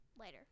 Later